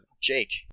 Jake